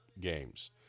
games